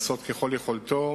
בבקשה לעשות ככל יכולתו